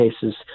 cases